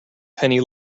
penny